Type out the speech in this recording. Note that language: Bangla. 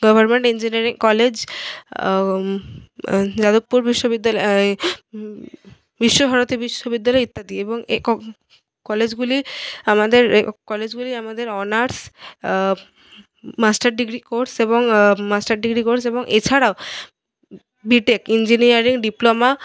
গভর্নমেন্ট ইঞ্জিনিয়ারিং কলেজ যাদবপুর বিশ্ববিদ্যালয় বিশ্বভারতী বিশ্ববিদ্যালয় ইত্যাদি এবং এই কলেজগুলি আমাদের কলেজগুলি আমাদের অনার্স মাস্টার ডিগ্রি কোর্স এবং মাস্টার ডিগ্রি কোর্স এবং এছাড়াও বি টেক ইঞ্জিনিয়ারিং ডিপ্লোমা